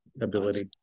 ability